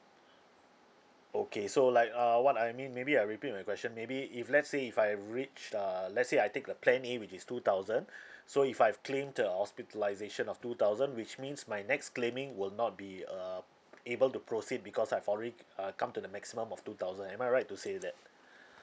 okay so like err what I mean maybe I repeat my question maybe if let's say if I've reached uh let's say I take the plan A which is two thousand so if I've claimed a hospitalisation of two thousand which means my next claiming will not be uh able to proceed because I've already uh come to the maximum of two thousand am I right to say that